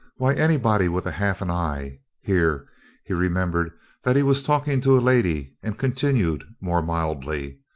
why anybody with half an eye here he remembered that he was talking to a lady and continued more mildly.